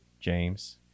James